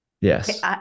Yes